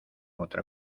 otra